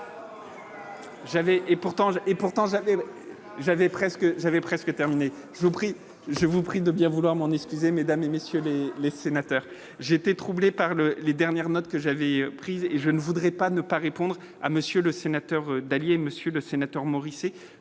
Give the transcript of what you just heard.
presque j'avais presque terminé, je vous prie, je vous prie de bien vouloir m'en excuser, mesdames et messieurs les les sénateurs, j'ai été troublé par le les dernières notes que j'avais prise et je ne voudrais pas ne pas répondre à Monsieur le Sénateur Dallier, monsieur le sénateur Maurice